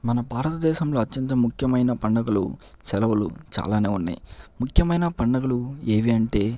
మన భారతదేశంలో అత్యంత ముఖ్యమైన పండుగలు సెలవులు చాలానే ఉన్నాయి ముఖ్యమైన పండుగలు ఏవి అంటే